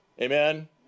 Amen